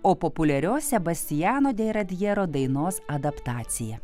o populiarios sebastiano deiradjero dainos adaptaciją